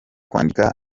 kwandika